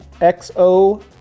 XO